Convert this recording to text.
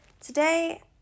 Today